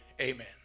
Amen